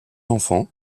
enfants